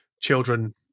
children